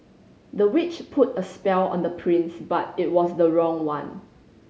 the witch put a spell on the prince but it was the wrong one